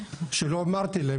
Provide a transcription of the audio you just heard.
שלא אמרתי להם.